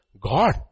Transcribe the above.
God